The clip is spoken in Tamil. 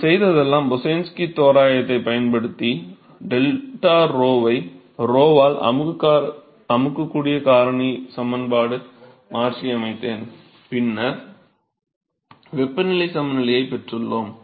நான் செய்ததெல்லாம் பொசைன்ஸ்க்யூ தோராயத்தைப் பயன்படுத்தி 𝜟𝞺 வை 𝞺 ஆல் அமுக்குக் காரணி சமன்பாட்டுடன் மாற்றியமைத்தேன் பின்னர் வெப்பநிலை சமநிலையைப் பெற்றுள்ளோம்